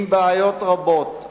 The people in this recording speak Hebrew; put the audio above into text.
עם בעיות רבות.